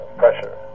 pressure